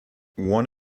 one